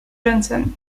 johnson